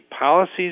policies